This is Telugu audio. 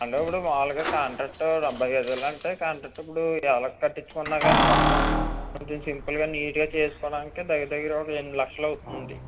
అందులో ఇప్పుడు మామూలుగా కూడా కాంట్రాక్టు డెబ్బై ఐదు వేలు అంటే కాంట్రాక్ట్ ఇప్పుడు కట్టించుకున్నా కానీ మొత్తం కొంచెం సింపుల్గా నీట్గా చేసుకోవడానికి దగ్గర దగ్గరగా ఒక ఎనిమిది లక్షలు అవుతుంది